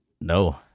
No